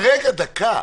רגע, דקה.